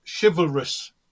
chivalrous